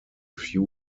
few